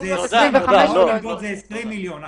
פירעון מלוות זה 20 מיליון שקל.